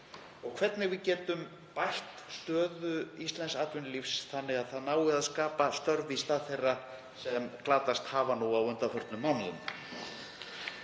og hvernig við getum bætt stöðu íslensks atvinnulífs þannig að það nái að skapa störf í stað þeirra sem glatast hafa nú á undanförnum mánuðum.